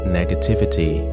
negativity